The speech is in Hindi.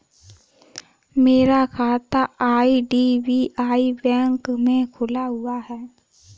मेरा खाता आई.डी.बी.आई बैंक में खुला हुआ है